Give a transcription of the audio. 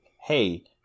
hey